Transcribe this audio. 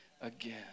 again